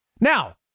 Now